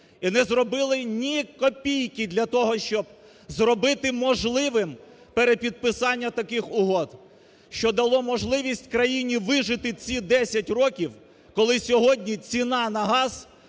і не зробили ні копійки для того, щоб зробити можливим перепідписання таких угод, що дало можливість країні вижити ці 10 років, коли сьогодні ціна на газ